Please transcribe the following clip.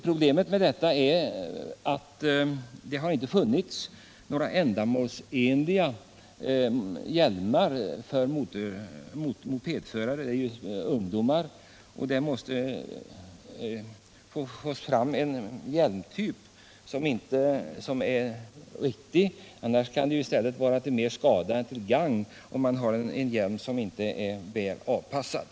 Problemet är att det inte har funnits några ändamålsenliga hjälmar för mopedförare, och det måste tas fram en hjälmtyp som är riktig. Det kan ju vara till mer skada än gagn, om man har en hjälm som inte är väl avpassad.